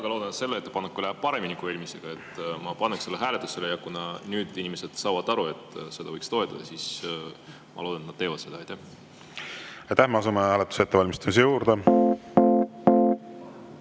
väga loodan, et selle ettepanekuga läheb paremini kui eelmisega. Ma paneks selle hääletusele ja kuna nüüd inimesed saavad aru, et seda võiks toetada, siis ma loodan, et nad teevad seda. Aitäh! Me asume hääletuse ettevalmistamise juurde.